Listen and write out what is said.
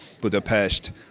Budapest